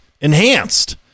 Enhanced